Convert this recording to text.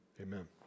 amen